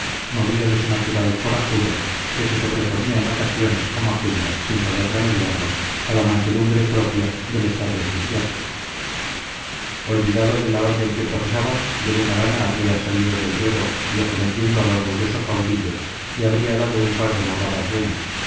movido de su natural corajudo que se sobreponía en ocasiones como aquélla sin poder remediarlo a la mansedumbre propia del estado eclesiástico olvidado de la orden que profesaba de buena gana habría salido del ruedo y acometiendo al orgulloso caudillo le habría dado un par de morradas buenas